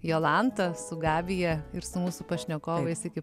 jolanta su gabija ir su mūsų pašnekovais iki